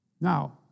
Now